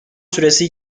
süresi